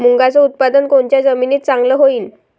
मुंगाचं उत्पादन कोनच्या जमीनीत चांगलं होईन?